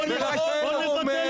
ולכן הוא עומד